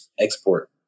export